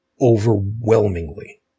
overwhelmingly